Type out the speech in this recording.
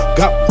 got